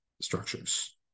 structures